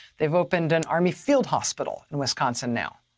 they've opened an army field hospital in wisconsin now.